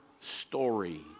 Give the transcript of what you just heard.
story